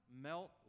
melt